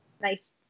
Nice